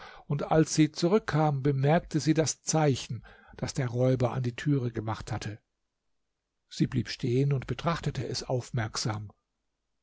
und als sie zurückkam bemerkte sie das zeichen das der räuber an die türe gemacht hatte sie blieb stehen und betrachtete es aufmerksam